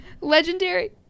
legendary